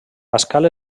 pascal